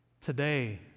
today